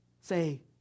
say